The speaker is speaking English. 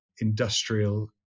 industrial